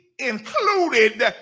included